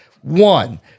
One